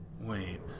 Wait